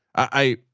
i,